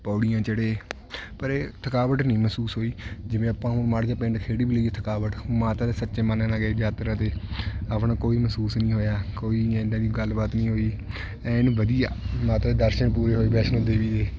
ਪੌੜੀਆਂ ਚੜ੍ਹੇ ਪਰ ਇਹ ਥਕਾਵਟ ਨਹੀਂ ਮਹਿਸੂਸ ਹੋਈ ਜਿਵੇਂ ਆਪਾਂ ਮਾੜਾ ਜਿਹਾ ਪਿੰਡ ਖੇਡ ਵੀ ਲਈਏ ਥਕਾਵਟ ਮਾਤਾ ਦੇ ਸੱਚੇ ਮਨ ਨਾਲ ਗਏ ਯਾਤਰਾ ਅਤੇ ਆਪਣਾ ਕੋਈ ਮਹਿਸੂਸ ਨਹੀਂ ਹੋਇਆ ਕੋਈ ਇੱਦਾਂ ਦੀ ਗੱਲਬਾਤ ਨਹੀਂ ਹੋਈ ਐਨ ਵਧੀਆ ਮਾਤਾ ਦੇ ਦਰਸ਼ਨ ਪੂਰੇ ਹੋਏ ਵੈਸ਼ਨੋ ਦੇਵੀ ਦੇ